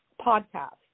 podcast